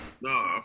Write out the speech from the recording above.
No